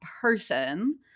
person